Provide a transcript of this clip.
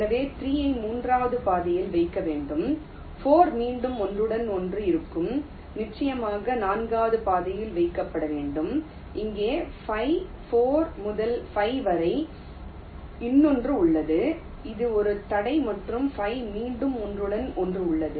எனவே 3 ஐ மூன்றாவது பாதையில் வைக்க வேண்டும் 4 மீண்டும் ஒன்றுடன் ஒன்று இருக்கும் நிச்சயமாக நான்காவது பாதையில் வைக்கப்பட வேண்டும் இங்கே 5 4 முதல் 5 வரை இன்னொன்று உள்ளது இது ஒரு தடை மற்றும் 5 மீண்டும் ஒன்றுடன் ஒன்று உள்ளது